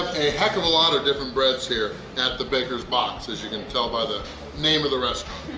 a heck of a lot of different breads here at the baker's box as you can tell by the name of the restaurant!